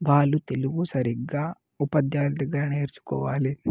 వాళ్ళు తెలుగు సరిగా ఉపాధ్యాయుల దగ్గర నేర్చుకోవాలి